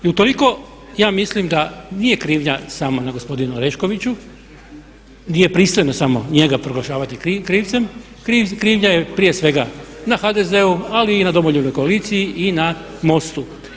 I utoliko ja mislim da nije krivnja samo na gospodinu Oreškoviću, nije pristojno samo njega proglašavati krivcem, krivnja je prije svega na HDZ-u ali i na Domoljubnoj koaliciji na MOST-u.